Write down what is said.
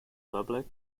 public